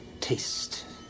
taste